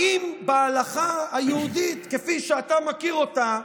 האם בהלכה היהודית כפי שאתה מכיר אותה,